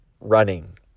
running